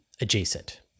adjacent